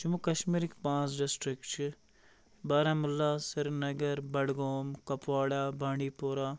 جموں کَشمیٖرٕکۍ پانٛژھ ڈِسٹِرک چھِ بارہمولہ سرینگر بَڈگوم کۄپوارا بانٛڈی پورہ